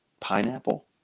Pineapple